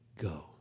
go